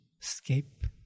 escape